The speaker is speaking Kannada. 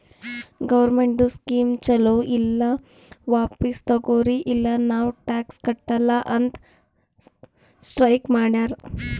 ಗೌರ್ಮೆಂಟ್ದು ಸ್ಕೀಮ್ ಛಲೋ ಇಲ್ಲ ವಾಪಿಸ್ ತಗೊರಿ ಇಲ್ಲ ನಾವ್ ಟ್ಯಾಕ್ಸ್ ಕಟ್ಟಲ ಅಂತ್ ಸ್ಟ್ರೀಕ್ ಮಾಡ್ಯಾರ್